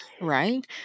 Right